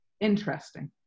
interesting